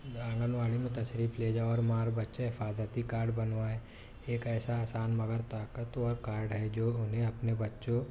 آنگن واڑی میں تشریف لے جاؤ اور ماں اور بچے حفاظتی کارڈ بنوائیں ایک ایسا آسان مگر طاقتور کارڈ ہے جو انہیں اپنے بچوں